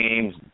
games